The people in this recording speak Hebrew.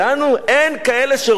אין כאלה שרוצים לעבוד?